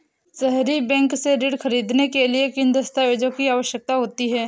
सहरी बैंक से ऋण ख़रीदने के लिए किन दस्तावेजों की आवश्यकता होती है?